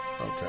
Okay